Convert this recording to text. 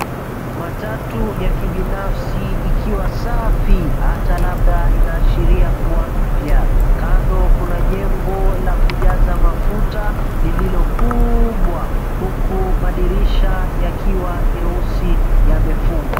Matatu ya kibinafsi ikiwa safi, hata labda inaashiria kuwa mpya. Kando kuna jengo la kujaza mafuta, lililo kubwa, huku madirisha yakiwa nyeusi yamefungwa.